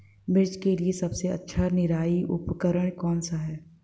मिर्च के लिए सबसे अच्छा निराई उपकरण कौनसा है?